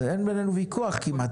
אין בינינו ויכוח כמעט,